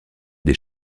des